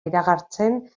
iragartzen